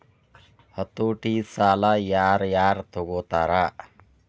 ಹತೋಟಿ ಸಾಲಾ ಯಾರ್ ಯಾರ್ ತಗೊತಾರ?